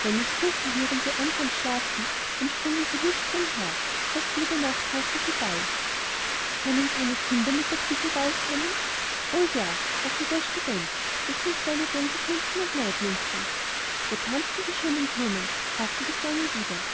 wenn es dunkel wird und wir andern schlafen dann springen sie lustig umher fast jede nacht halten sie ball können keine kinder mit auf diesen ball kommen o ja sagte der student ganz kleine gänseblümchen und maiblümchen wo tanzen die schönen blumen fragte die kleine ida